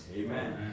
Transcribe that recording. Amen